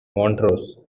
montrose